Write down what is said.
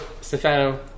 Stefano